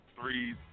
Three